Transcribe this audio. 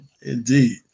Indeed